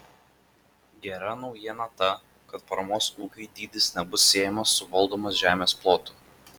gera naujiena ta kad paramos ūkiui dydis nebus siejamas su valdomos žemės plotu